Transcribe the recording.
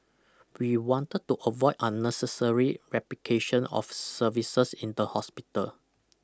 we wanted to avoid unnecessary replication of services in the hospital